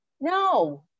No